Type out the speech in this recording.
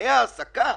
תנאי העסקה,